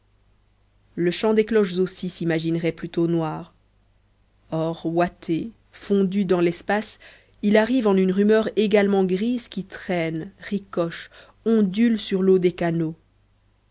le chant des cloches aussi s'imaginerait plutôt noir or ouaté fondu dans l'espace il arrive en une rumeur également grise qui traîne ricoche ondule sur l'eau des canaux